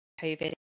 covid